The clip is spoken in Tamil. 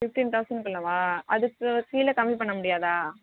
ஃபிஃப்டின் தவுசன்க்குள்ளவா அதுக்கு கீழே கம்மி பண்ண முடியாதா